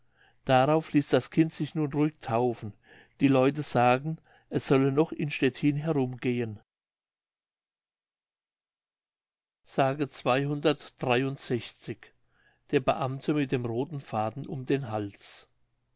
darauf ließ das kind sich nun ruhig taufen die leute sagen es solle noch in stettin herumgehen mündlich der beamte mit dem rothen faden um den hals